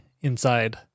inside